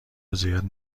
رضایت